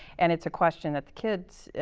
and it's a question that the kids,